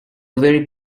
very